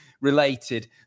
related